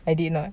I did not